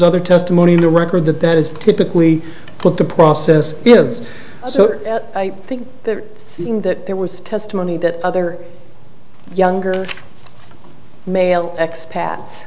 other testimony in the record that that is typically put the process yes so i think they're saying that there was testimony that other younger male ex pats